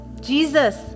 Jesus